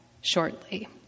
shortly